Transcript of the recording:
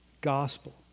Gospel